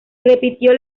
repitió